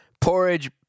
porridge